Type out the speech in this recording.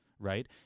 Right